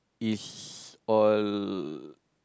is all